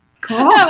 Cool